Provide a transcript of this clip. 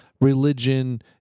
religion